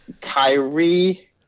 Kyrie